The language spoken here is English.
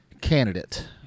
candidate